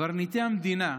קברניטי המדינה,